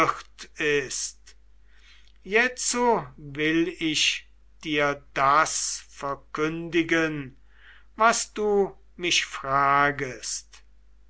ist jetzo will ich dir das verkündigen was du mich fragtest